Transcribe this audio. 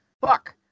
Fuck